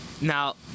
Now